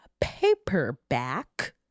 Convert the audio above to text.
paperback